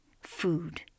food